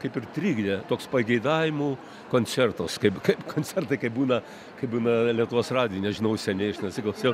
kaip ir trikdė toks pageidavimų koncertas kaip koncertai kaip būna kai būna lietuvos radijuj nežinau seniai aš nesiklausiau